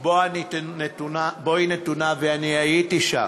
שבה היא נתונה, והייתי שם.